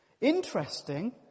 Interesting